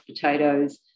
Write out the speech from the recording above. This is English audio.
potatoes